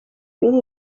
biri